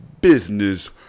business